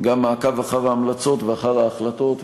גם מעקב אחר ההמלצות ואחר ההחלטות,